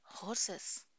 horses